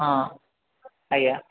ହଁ ଆଜ୍ଞା